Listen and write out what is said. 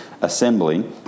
assembly